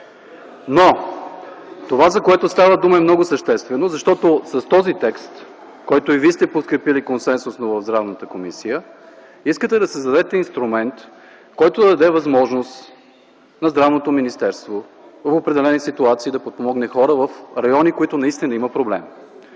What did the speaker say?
Това, за което става дума, е много съществено, защото този текст, който и вие сте подкрепили консенсусно в Здравната комисия, искате да създадете инструмент, който да даде възможност на Здравното министерство в определени ситуации да подпомогне хора в райони, в които наистина има проблем.